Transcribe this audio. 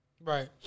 right